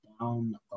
down